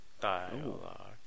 Dialogue